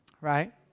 right